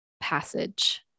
passage